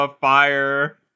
fire